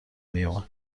میومد